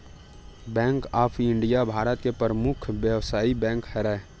bank of India Bharat के परमुख बेवसायिक बेंक हरय